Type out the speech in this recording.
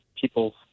people